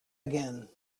again